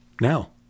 now